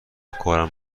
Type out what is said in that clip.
کارم